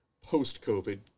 post-COVID